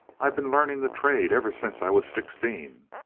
i've been learning the trade ever since i was sixteen.